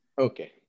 Okay